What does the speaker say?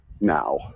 now